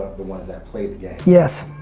the ones that play the game. yes.